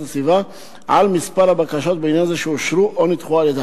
הסביבה על מספר הבקשות בעניין זה שאושרו או נדחו על-ידיו.